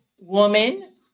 woman